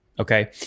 Okay